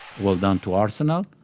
well done to arsenal,